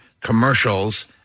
commercials